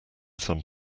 some